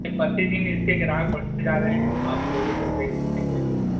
دن اس کے گراہگ بڑھتے جا رہے ہیں آپ روڈوں پر دیکھ ہی رہے ہوں گے